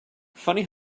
funny